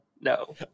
No